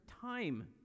time